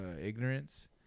ignorance